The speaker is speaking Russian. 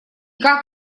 как